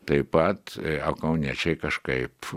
taip pat kauniečiai kažkaip